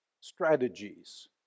strategies